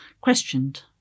questioned